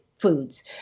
foods